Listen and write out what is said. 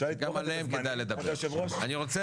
אני רוצה